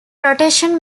rotation